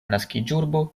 naskiĝurbo